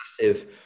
massive